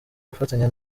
gufatanya